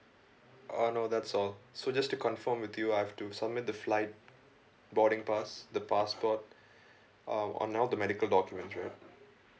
uh no that's all so just to confirm with you I've to submit the flight boarding pass the passport um on all the medical documents right